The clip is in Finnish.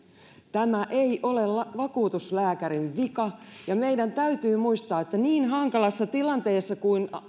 tämä ei ole vakuutuslääkärin vika ja meidän täytyy muistaa että niin hankalassa tilanteessa kuin